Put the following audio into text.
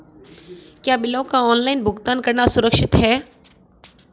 क्या बिलों का ऑनलाइन भुगतान करना सुरक्षित है?